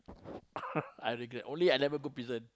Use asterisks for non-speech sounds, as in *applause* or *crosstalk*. *laughs* I regret only I never go prison